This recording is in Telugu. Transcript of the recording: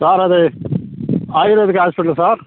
సార్ అది ఆయుర్వేదిక్ హాస్పిటలా సార్